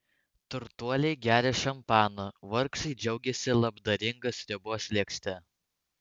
turtuoliai geria šampaną vargšai džiaugiasi labdaringa sriubos lėkšte